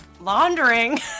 laundering